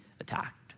attacked